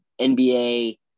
nba